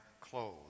clothes